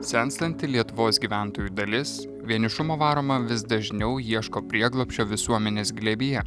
senstanti lietuvos gyventojų dalis vienišumo varoma vis dažniau ieško prieglobsčio visuomenės glėbyje